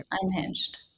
unhinged